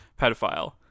pedophile